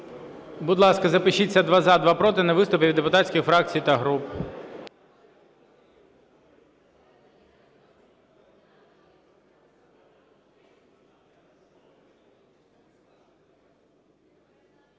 Будь-ласка, запишіться: два – за, два – проти на виступи від депутатських фракцій та груп.